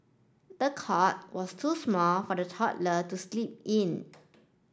the cot was too small for the toddler to sleep in